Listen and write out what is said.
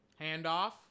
Handoff